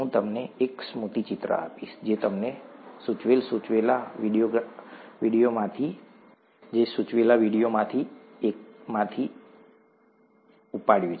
હું તમને એક સ્મૃતિચિત્ર આપીશ જે મેં તમને સૂચવેલા વિડિયોમાંથી એકમાંથી એકમાંથી ઉપાડ્યું છે